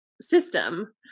system